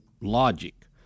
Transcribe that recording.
logic